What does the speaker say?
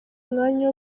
umwanya